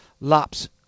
laps